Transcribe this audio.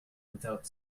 without